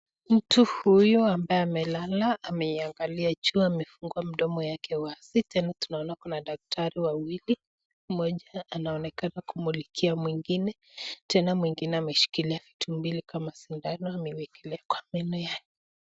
Mtu huyu ambaye amelala ameiangalia juu. Amefungua mdomo yake wazi. Tena tunaona kuna daktari wawili. Mmoja anaonekana kumulikia mwingine, tena mwingine ameshikilia vitu mbili kama sindano amewekelea kwa meno yake.